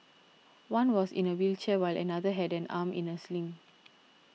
one was in a wheelchair while another had an arm in a sling